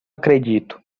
acredito